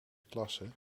klasse